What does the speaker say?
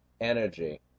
energy